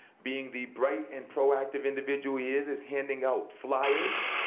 being the bright and proactive individual he, is is handing out flyers,